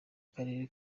karere